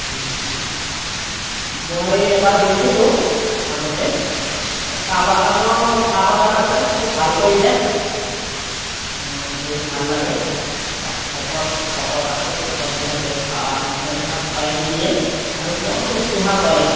মই এবাৰ গৈছিলোঁ আগতে চাহ বাগানৰ চাহ বাগান আছে খুব ভাল পৰিৱেশ গৈ ভাল লাগে তাত ভকত ভকত আছে ভকতবিলাকে ভালদৰে আপ্যায়ন দিয়ে আৰু বৰ শুশ্ৰূষা কৰে